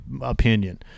opinion